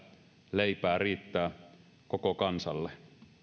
leipää riittää koko kansalle